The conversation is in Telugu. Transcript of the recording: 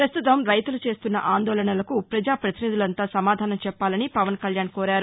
పస్తుతం రైతులు చేస్తున్న ఆందోళనలకు పజా పతినిధులంతా సమాధానం చెప్పాలని పవన్ కల్యాణ్ కోరారు